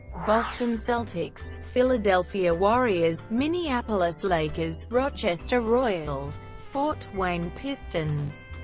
boston celtics, philadelphia warriors, minneapolis lakers, rochester royals, fort wayne pistons,